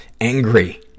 Angry